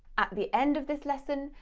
at the end of this lesson,